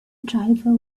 driver